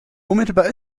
unmittelbar